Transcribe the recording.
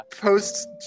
post